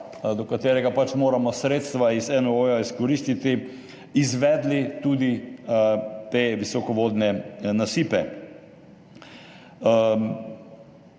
do katerega pač moramo sredstva iz NOO izkoristiti, izvedli tudi te visokovodne nasipe.